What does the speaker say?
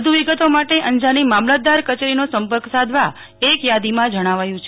વધુ વિગતો માટે અંજારની મામલતદાર કચેરીનો સંપર્ક સાધવા એક યાદીમાં જણાવાયું છે